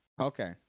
Okay